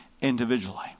individually